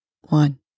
One